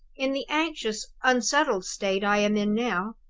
in the anxious, unsettled state i am in now,